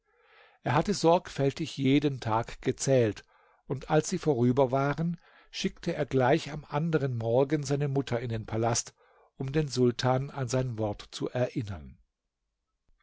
er hatte sorgfältig jeden tag gezählt und als sie vorüber waren schickte er gleich am anderen morgen seine mutter in den palast um den sultan an sein wort zu erinnern